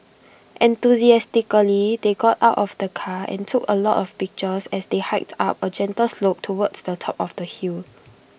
enthusiastically they got out of the car and took A lot of pictures as they hiked up A gentle slope towards the top of the hill